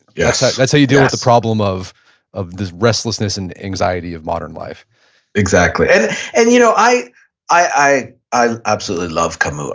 yeah so that's how you deal with the problem of of this restlessness and anxiety of modern life exactly. and and you know i i i absolutely love camus.